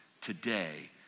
today